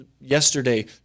yesterday